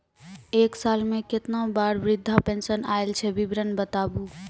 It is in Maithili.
एक साल मे केतना बार वृद्धा पेंशन आयल छै विवरन बताबू?